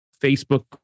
Facebook